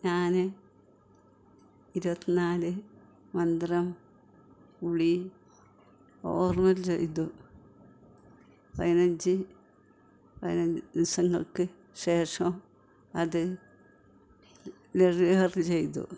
ഞാൻ ഇരുപത്തി നാല് മന്ത്രം പുളി ഓർഡർ ചെയ്തു പതിനഞ്ച് ദിവസങ്ങൾക്ക് ശേഷം അത് ഡെലിവറി ചെയ്തു